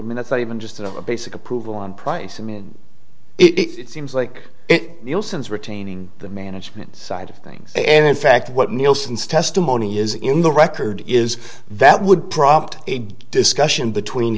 minutes not even just a basic approval on price and it seems like it nielsen's retaining the management side of things and in fact what nielson's testimony is in the record is that would prompt a discussion between